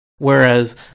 Whereas